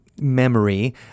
memory